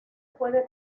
puede